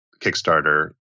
Kickstarter